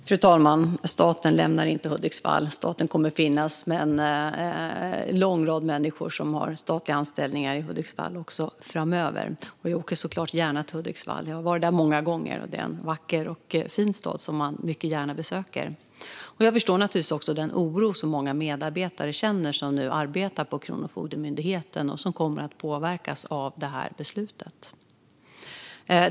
Fru talman! Staten lämnar inte Hudiksvall. Det kommer att finnas en lång rad människor med statliga anställningar i Hudiksvall även framöver. Jag åker såklart gärna till Hudiksvall. Jag har varit där många gånger. Det är en vacker och fin stad som man mycket gärna besöker. Jag förstår naturligtvis den oro som finns hos många medarbetare som nu arbetar på Kronofogdemyndigheten och som kommer att påverkas av detta beslut.